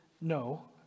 no